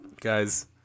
guys